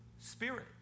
Spirit